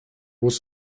was